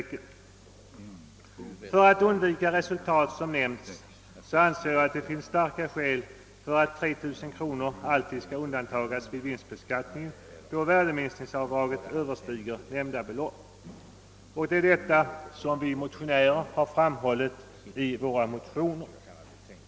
För att undvika det resultat jag nyss nämnt anser jag att det finns starka skäl för att 3000 kronor alltid skall undantagas vid vinstberäkningen, då värdeminskningsavdraget överstigit nämnda belopp. Detta har vi motionärer framhållit i våra motioner.